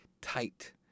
tight